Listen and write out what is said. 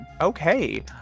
Okay